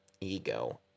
ego